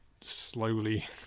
slowly